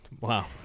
wow